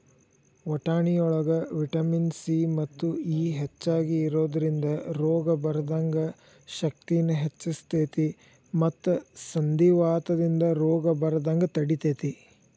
ವಟಾಣಿಯೊಳಗ vitamin C ಮತ್ತು E ಹೆಚ್ಚಾಗಿ ಇರೋದ್ರಿಂದ ರೋಗ ಬರದಂಗ ಶಕ್ತಿನ ಹೆಚ್ಚಸ್ತೇತಿ ಮತ್ತ ಸಂಧಿವಾತದಂತ ರೋಗ ಬರದಂಗ ತಡಿತೇತಿ